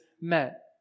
met